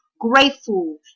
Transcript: Grateful